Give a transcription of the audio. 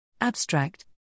Abstract